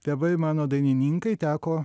tėvai mano dainininkai teko